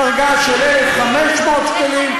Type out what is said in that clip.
בדרגה של 1,500 שקלים,